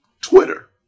Twitter